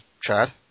Chad